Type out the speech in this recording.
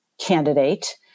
candidate